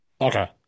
Okay